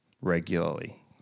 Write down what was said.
regularly